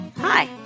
Hi